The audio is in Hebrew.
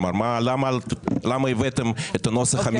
למה הבאתם את הנוסח המתוקן?